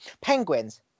Penguins